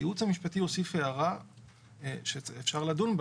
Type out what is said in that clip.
הייעוץ המשפטי הוסיף הערה שאפשר לדון בה